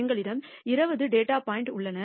எங்களிடம் 20 data point உள்ளன